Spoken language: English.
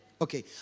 Okay